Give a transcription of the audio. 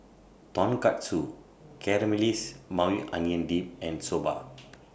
Tonkatsu Caramelized Maui Onion Dip and Soba